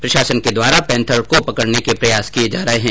प्रशासन के द्वारा पेंथर को पकडने के प्रयास किये जा रहे हैं